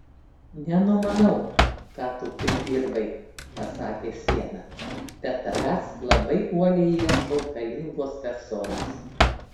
nenumanau ką tu pridirbai pasakė siena bet tavęs labai uoliai ieško galingos personos